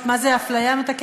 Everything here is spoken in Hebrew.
מדינה נאורה,